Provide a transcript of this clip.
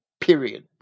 period